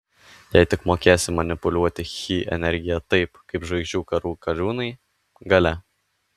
jei tik mokėsi manipuliuoti chi energija taip kaip žvaigždžių karų kariūnai galia